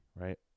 right